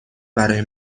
برای